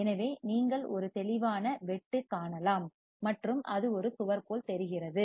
எனவே நீங்கள் ஒரு தெளிவான வெட்டு காணலாம் மற்றும் அது ஒரு சுவர் போல் தெரிகிறது